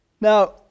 Now